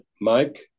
Mike